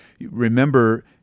Remember